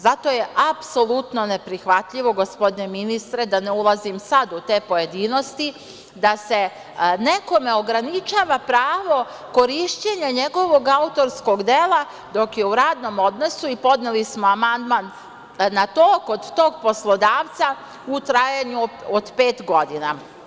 Zato je apsolutno neprihvatljivo, gospodine ministre, da ne ulazim sad u te pojedinosti da se nekome ograničava pravo korišćenja njegovog autorskog dela dok je u radnom odnosu i podneli smo amandman na to kod tog poslodavca u trajanju od pet godina.